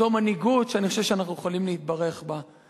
זו מנהיגות שאני חושב שאנחנו יכולים להתברך בה.